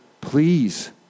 please